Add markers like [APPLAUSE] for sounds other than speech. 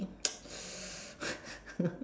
[NOISE] [LAUGHS]